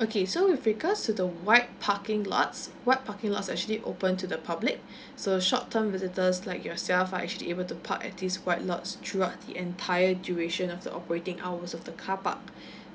okay so with regards to the white parking lots white parking lots actually open to the public so short term visitors like yourself are actually able to park at this white lots throughout the entire duration of the operating hours of the carpark